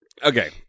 Okay